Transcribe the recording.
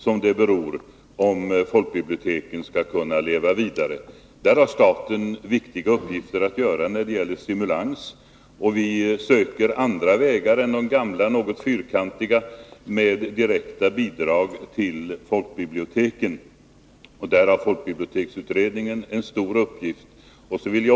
Staten har viktiga uppgifter att fylla när det gäller stimulansen. Vi söker andra vägar än de gamla, något ”fyrkantiga”, genom direkta bidrag till folkbiblioteken. Där har folkbiblioteksutredningen en stor uppgift att fylla.